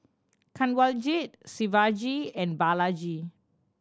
Kanwaljit Shivaji and Balaji